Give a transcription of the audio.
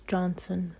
Johnson